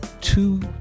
two